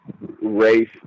race